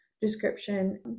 description